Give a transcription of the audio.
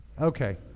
Okay